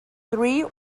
three